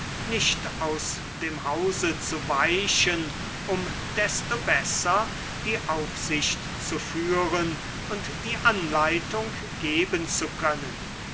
nicht aus dem hause zu weichen um desto besser die aufsicht zu führen und die anleitung geben zu können